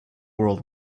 world